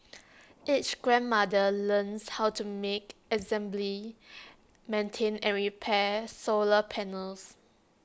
each grandmother learns how to make assembly maintain and repair solar panels